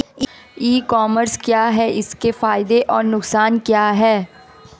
ई commerce क्या है इसके फायदे और नुकसान क्या है?